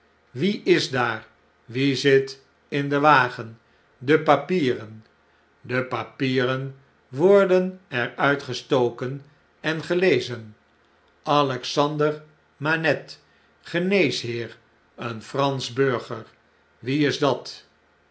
wie is daar wie zit in den wagenpdepapieren de papieren worden er uit gestoken en gelezen alexander manette geneesheer eenfransch burger wie is dat